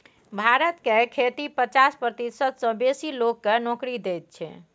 भारत के खेती पचास प्रतिशत सँ बेसी लोक केँ नोकरी दैत छै